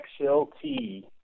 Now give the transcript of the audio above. XLT